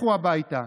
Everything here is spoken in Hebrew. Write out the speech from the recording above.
לכו הביתה.